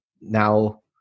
now